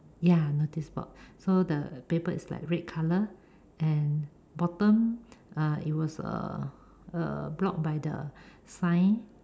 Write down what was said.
ya notice board so the paper is like red color and bottom uh it was uh blocked by the sign